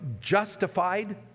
justified